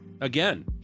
again